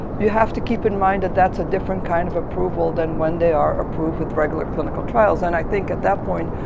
you have to keep in mind that that's a different kind of approval than when they are approved with regular clinical trials. and i think at that point,